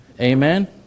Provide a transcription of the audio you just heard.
Amen